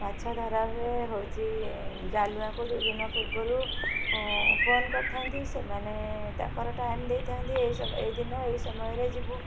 ମାଛ ଧରା ହୁଏ ହଉଛି ଜାଲୁଆଙ୍କୁ ଦୁଇ ଦିନ ପୂର୍ବରୁ ଫୋନ କରିଥାନ୍ତି ସେମାନେ ତାଙ୍କର ଟାଇମ ଦେଇଥାନ୍ତି ଏଇ ସମ ଏଇ ଦିନ ଏଇ ସମୟରେ ଯିବୁ